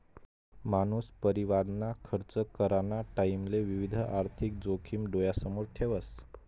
मानूस परिवारना खर्च कराना टाईमले विविध आर्थिक जोखिम डोयासमोर ठेवस